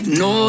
no